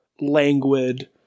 languid